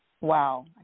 Wow